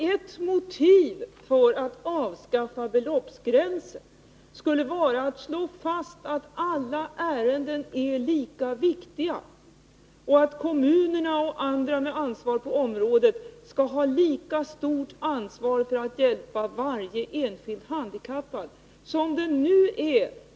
Ett motiv för att avskaffa beloppsgränsen är att man därmed slår fast att alla ärenden är lika viktiga och att kommuner och andra ansvariga på området harlika stor skyldighet att hjälpa varje enskild handikappad.